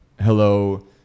hello